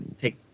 take